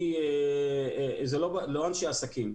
זה לא אנשי עסקים,